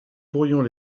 pourrions